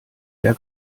der